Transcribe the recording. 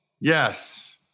Yes